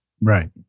Right